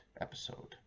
episode